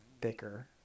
thicker